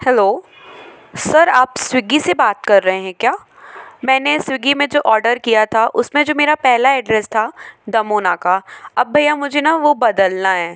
hello sir आप स्विग्गी से बात कर रहे हैं क्या मैंने स्विगी में जो ऑडर किया था उसमें जो मेरा पहला एड्रेस था दमोनाका अब भैया मुझे ना वो बदलना है